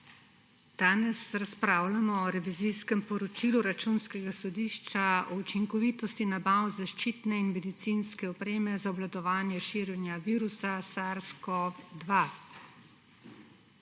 Danes razpravljamo o revizijskem poročilu Računskega sodišča o učinkovitosti nabav zaščitne in medicinske opreme za obvladovanje širjenja virusa SARS-CoV-2.